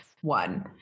One